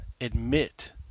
admit